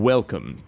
Welcome